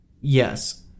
Yes